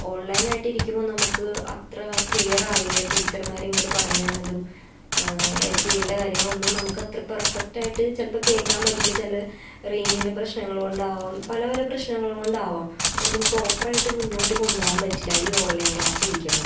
ഓൺലൈനായിട്ടിരിക്കുമ്പം നമുക്ക് അത്ര ക്ലിയാറാവില്ല ടീച്ചർമാരിങ്ങട് പറഞ്ഞ് തരുന്നതും ചെയ്യേണ്ട കാര്യങ്ങളൊന്നും നമുക്കത്ര പെർഫെക്റ്റായിട്ട് ചിലപ്പോൾ കേൾക്കാൻ പറ്റില്ല ചില റേയ്ഞ്ചിൻ്റെ പ്രശ്നങ്ങൾ കൊണ്ടാവാം പല പല പ്രശ്നങ്ങൾ കൊണ്ടാവാം ഒന്നും പ്രോപ്പറായിട്ട് മുന്നോട്ട് കൊണ്ട് പോകാൻ പറ്റില്ല ഈ ഓൺലൈൻ ക്ലാസിലിരിക്കുമ്പോൾ